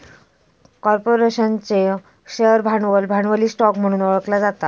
कॉर्पोरेशनचो शेअर भांडवल, भांडवली स्टॉक म्हणून ओळखला जाता